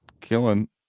killing